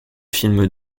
films